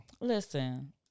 Listen